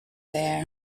there